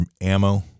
ammo